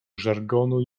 żargonu